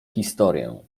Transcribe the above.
historię